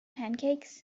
pancakes